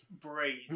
breathe